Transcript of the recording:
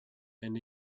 and